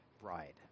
bride